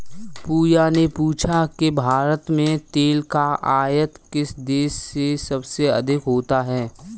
पूजा ने पूछा कि भारत में तेल का आयात किस देश से सबसे अधिक होता है?